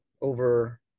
over